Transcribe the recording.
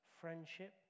friendship